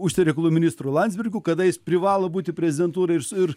užsienio reikalų ministru landsbergiu kada jis privalo būti prezidentūroj ir su ir